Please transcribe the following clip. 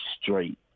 straight